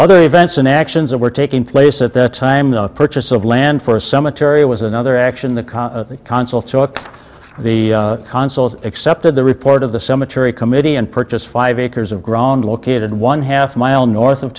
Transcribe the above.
other events and actions that were taking place at the time the purchase of land for a cemetery was another action the cause consul took the consulate accepted the report of the cemetery committee and purchased five acres of ground located one half mile north of